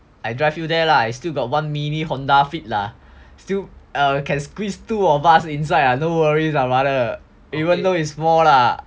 I drive you there lah I still got one mini Honda fit lah still err can squeeze two of us inside lah no worries ah brother even though is small lah